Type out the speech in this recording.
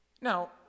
Now